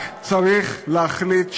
רק צריך להחליט שעושים.